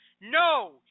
No